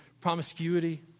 promiscuity